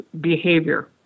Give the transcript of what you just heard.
behavior